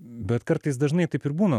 bet kartais dažnai taip ir būna